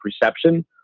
perception